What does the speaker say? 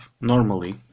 normally